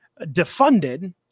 defunded